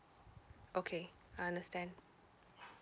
okay I understand